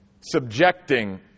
subjecting